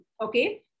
Okay